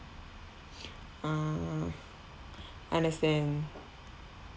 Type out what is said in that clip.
ah understand